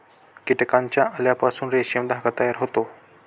कीटकांच्या अळ्यांपासून रेशीम धागा तयार होतो